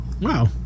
Wow